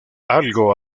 algo